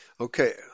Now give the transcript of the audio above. Okay